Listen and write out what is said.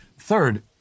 Third